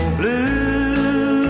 blue